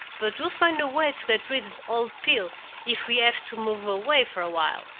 but we'll find a way to get rid of the old pill if we have to move away for a while.